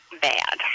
bad